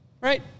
Right